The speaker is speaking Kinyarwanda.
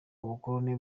ubukoloni